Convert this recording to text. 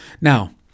Now